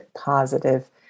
positive